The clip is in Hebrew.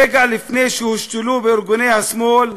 רגע לפני שהם הושתלו בארגוני השמאל,